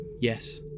Yes